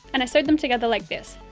and i sewed them together like this.